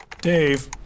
dave